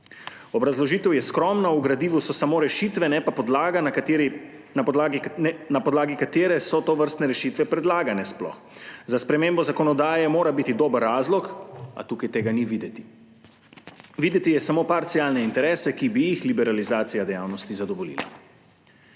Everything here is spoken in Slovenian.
Obrazložitev je skromna, v gradivu so samo rešitve, ne pa podlaga, na podlagi katere so tovrstne rešitve sploh predlagane. Za spremembo zakonodaje mora biti dober razlog, a tukaj tega ni videti. Videti je samo parcialne interese, ki bi jih liberalizacija dejavnosti zadovoljila.